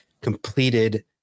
completed